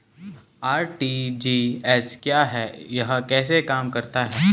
RTGS क्या है यह कैसे काम करता है?